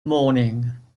morning